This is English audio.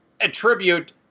attribute